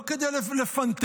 לא כדי לפנטז,